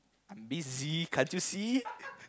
busy can't you see